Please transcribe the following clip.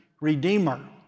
redeemer